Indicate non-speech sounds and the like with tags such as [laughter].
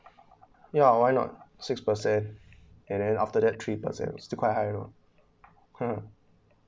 ya why not six percent and then after that three percent still quite high though [laughs]